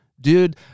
dude